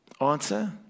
Answer